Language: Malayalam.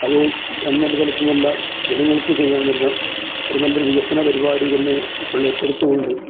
അത് ഗെവൺമൻട് തലത്തിൽ നിന്നുള്ള ജനങ്ങൾക്ക് ചെയ്യാനുളള ഒര് നല്ലൊരു വികസന പരിപാടി തന്നെ ഇപ്പോൾ ഏറ്റെടുത്തുകൊണ്ട്